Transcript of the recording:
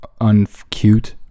uncute